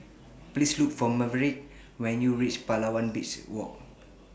Please Look For Maverick when YOU REACH Palawan Beach Walk